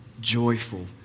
joyful